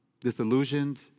disillusioned